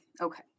Okay